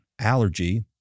allergy